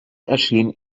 erschien